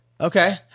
Okay